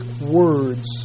words